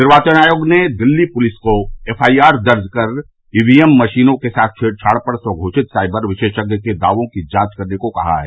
निर्वाचन आयोग ने दिल्ली पुलिस को एफआईआर दर्ज कर ईवीएम मशीनों के साथ छेड़छाड़ पर स्वघोषित साईबर विशेषज्ञ के दावे की जांच करने को कहा है